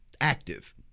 active